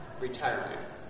Retirement